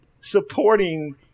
supporting